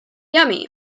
yummy